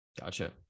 Gotcha